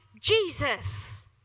Jesus